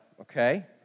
okay